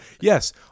Yes